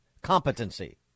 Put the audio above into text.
competency